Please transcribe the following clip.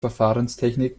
verfahrenstechnik